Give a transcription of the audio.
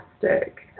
fantastic